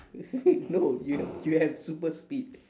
no you have you have super speed